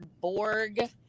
Borg